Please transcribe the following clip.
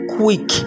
quick